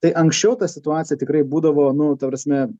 tai anksčiau ta situacija tikrai būdavo nu ta prasme